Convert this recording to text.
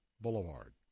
Boulevard